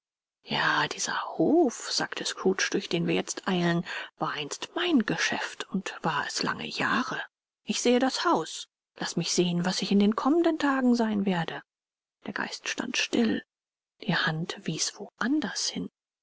ja dieser hof sagte scrooge durch den wir jetzt eilen war einst mein geschäft und war es lange jahre ich sehe das haus laß mich sehen was ich in den kommenden tagen sein werde der geist stand still die hand wies wo anders hin